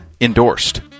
endorsed